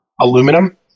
Aluminum